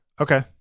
Okay